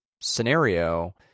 scenario